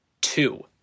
Two